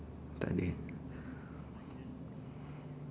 takde